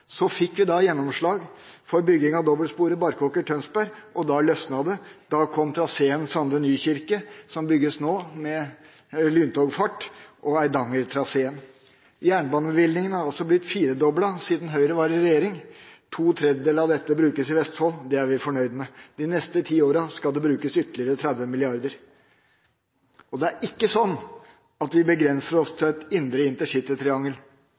Så fikk vi gjennomslag for bygging av dobbeltsporet Barkåker–Tønsberg, og da løsnet det, da kom traseen Sande–Nykirke, som bygges nå, med lyntogfart, og Eidangertraseen. Jernbanebevilgningene har blitt firedoblet siden Høyre var i regjering. To tredjedeler av dette brukes i Vestfold. Det er vi fornøyd med. De neste ti åra skal det brukes ytterligere 30 mrd. Og det er ikke sånn at vi begrenser oss til et indre